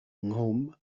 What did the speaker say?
nghwm